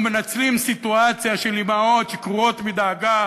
ומנצלים סיטואציה של אימהות שקרועות מדאגה